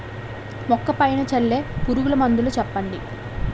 మొక్క పైన చల్లే పురుగు మందులు చెప్పండి?